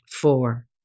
Four